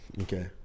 okay